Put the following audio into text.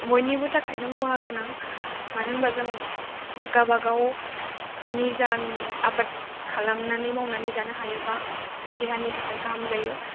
बयनिबो थाखायनो खहा गोनां मानो होनबा जों गावबा गाव निजा आबाद खालामनानै मावनानै जानो हायोबा देहानि थाखाय गाहाम जायो